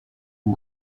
une